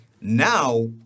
Now